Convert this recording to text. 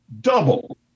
Double